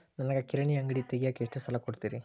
ನನಗ ಕಿರಾಣಿ ಅಂಗಡಿ ತಗಿಯಾಕ್ ಎಷ್ಟ ಸಾಲ ಕೊಡ್ತೇರಿ?